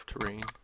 terrain